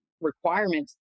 requirements